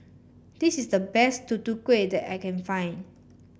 this is the best Tutu Kueh that I can find